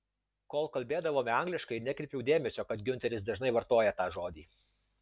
kol kalbėdavome angliškai nekreipiau dėmesio kad giunteris dažnai vartoja tą žodį